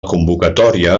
convocatòria